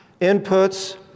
Inputs